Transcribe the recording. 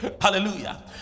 Hallelujah